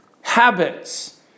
habits